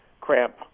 cramp